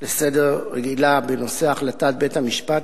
הרגילה לסדר-היום בנושא החלטת בית-המשפט